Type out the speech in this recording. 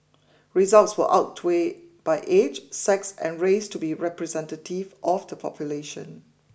results were outweighed by age sex and race to be representative of the population